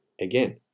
again